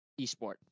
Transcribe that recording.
esport